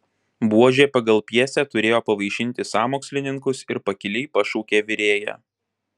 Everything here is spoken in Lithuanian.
buožė pagal pjesę turėjo pavaišinti sąmokslininkus ir pakiliai pašaukė virėją